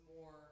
more